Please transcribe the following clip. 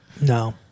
No